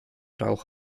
rauch